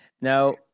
Now